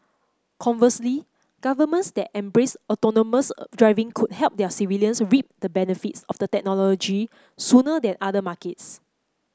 conversely governments that embrace autonomous of driving could help their civilians reap the benefits of the technology sooner than other markets